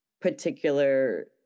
particular